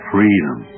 Freedom